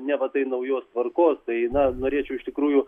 neva tai naujos tvarkos tai na norėčiau iš tikrųjų